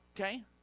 Okay